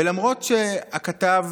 ולמרות שהכתב